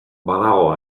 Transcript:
badago